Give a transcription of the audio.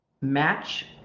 match